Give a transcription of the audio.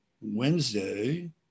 Wednesday